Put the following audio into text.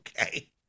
Okay